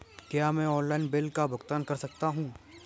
क्या मैं online bill का भुगतान कर सकता हूँ?